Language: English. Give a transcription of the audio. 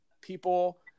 people